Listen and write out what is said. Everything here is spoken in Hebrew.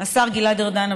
השר גלעד ארדן,